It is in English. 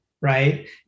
right